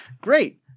Great